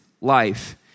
life